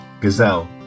gazelle